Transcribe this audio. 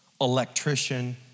electrician